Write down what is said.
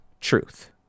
truth